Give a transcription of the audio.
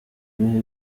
bihe